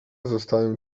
zostaje